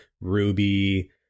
ruby